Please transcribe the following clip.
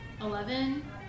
Eleven